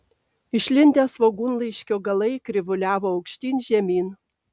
išlindę svogūnlaiškio galai krivuliavo aukštyn žemyn